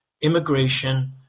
immigration